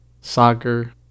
soccer